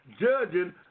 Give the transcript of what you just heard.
judging